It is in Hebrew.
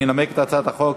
ינמק את הצעת החוק